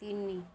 ତିନି